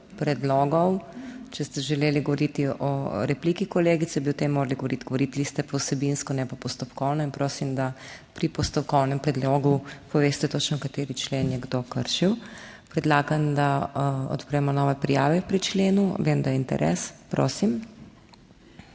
predlogov. Če ste želeli govoriti o repliki kolegice, bi o tem morali govoriti. Govorili ste pa vsebinsko, ne pa postopkovno. In prosim, da pri postopkovnem predlogu poveste točno kateri člen je kdo kršil. Predlagam, da odpremo nove prijave pri členu. Vem, da je interes. Prosim.